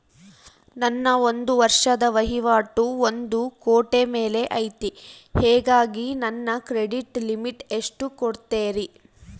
ನನ್ನ ಒಂದು ವರ್ಷದ ವಹಿವಾಟು ಒಂದು ಕೋಟಿ ಮೇಲೆ ಐತೆ ಹೇಗಾಗಿ ನನಗೆ ಕ್ರೆಡಿಟ್ ಲಿಮಿಟ್ ಎಷ್ಟು ಕೊಡ್ತೇರಿ?